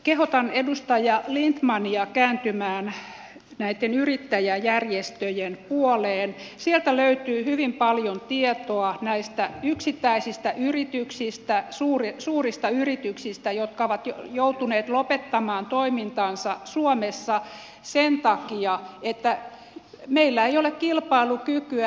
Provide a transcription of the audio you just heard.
kehotan edustaja lindtmania kääntymään näitten yrittäjäjärjestöjen puoleen sieltä löytyy hyvin paljon tietoa näistä yksittäisistä yrityksistä suurista yrityksistä jotka ovat joutuneet lopettamaan toimintansa suomessa sen takia että meillä ei ole kilpailukykyä